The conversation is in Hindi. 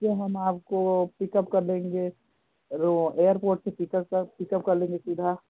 जैसे हम आपको पिकअप कर लेंगे वह एयरपोर्ट से पिकअप कर पिकअप कर लेंगे सीधा